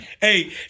Hey